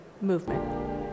movement